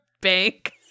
bank